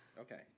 Okay